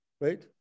right